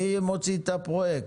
מי מוציא את הפרויקט,